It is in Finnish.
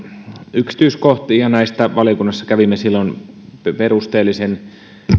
yksityiskohtiin ja näistä valiokunnassa kävimme silloin perusteellisen